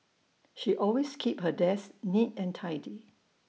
she always keeps her desk neat and tidy